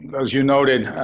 as you noted,